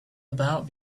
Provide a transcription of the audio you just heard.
about